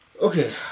Okay